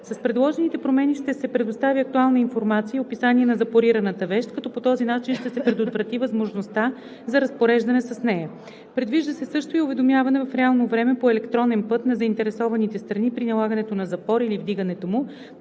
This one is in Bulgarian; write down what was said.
С предложените промени ще се предостави актуална информация и описание на запорираната вещ, като по този начин ще се предотврати възможността за разпореждане с нея. Предвижда се също и уведомяване в реално време по електронен път на заинтересованите страни при налагането на запор или вдигането му,